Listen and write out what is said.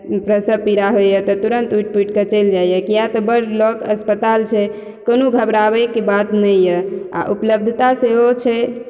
प्रसव पीड़ा होइया तऽ तुरन्त उठि पुठि कऽ चलि जाइया किया तऽ बड्ड लग अस्पताल छै कोनो घबराबय के बात नहि यऽ आ उपलब्धता सेहो छै